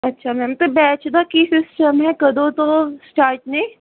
ਅੱਛਾ ਮੈਮ ਅਤੇ ਬੈਚ ਦਾ ਕੀ ਸਿਸਟਮ ਹੈ ਕਦੋਂ ਤੋਂ ਸਟਾਰਟ ਨੇ